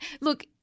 look